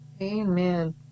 Amen